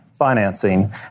Financing